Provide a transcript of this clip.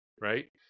right